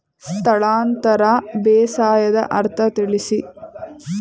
ಸ್ಥಳಾಂತರ ಬೇಸಾಯದ ಅರ್ಥ ತಿಳಿಸಿ?